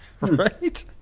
right